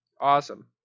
Awesome